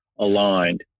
aligned